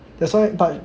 that's why like